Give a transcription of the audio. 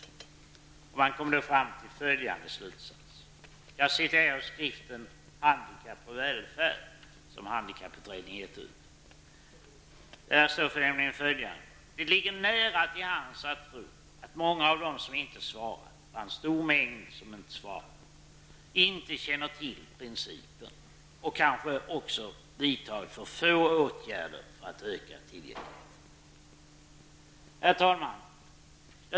Man kom då fram till följande slutsats enligt ett citat ur skriften handikapp och välfärd, som har getts ut av Handikapputredningen: ''Det ligger nära hands att tro att många av dem som inte svarat inte känner till principen och kanske också vidtagit för få åtgärder för att öka tillgängligheten.'' Det var en stor mängd som inte svarade. Herr talman!